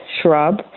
shrub